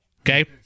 Okay